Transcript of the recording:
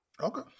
Okay